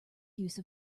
use